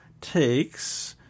takes